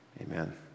Amen